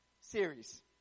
series